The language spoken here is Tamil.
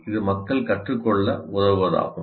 இது மக்கள் கற்றுக்கொள்ள உதவுவதாகும்